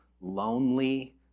lonely